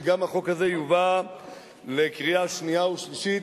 שהחוק הזה גם יובא לקריאה שנייה ושלישית